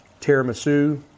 tiramisu